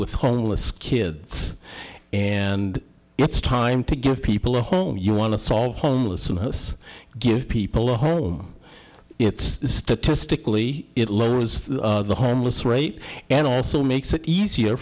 with homeless kids and it's time to give people a home you want to solve homelessness give people a home it's the statistically it lowers the homeless rate and also makes it easier